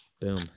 Boom